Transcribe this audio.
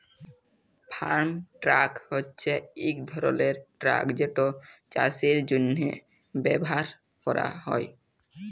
farm truck হছে ইক ধরলের ট্রাক যেটা চাষের জ্যনহে ব্যাভার ক্যরা হ্যয়